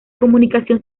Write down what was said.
comunicación